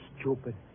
stupid